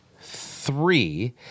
three